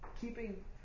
Keeping